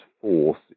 force